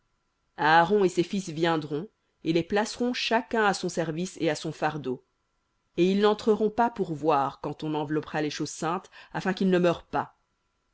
très saint aaron et ses fils viendront et les placeront chacun à son service et à son fardeau et ils n'entreront pas pour voir quand on enveloppera les choses saintes afin qu'ils ne meurent pas